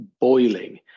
boiling